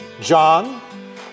John